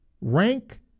Rank